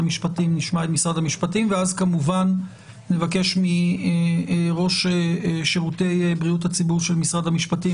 אז כמובן נבקש מראש שירותי בריאות הציבור של משרד הבריאות,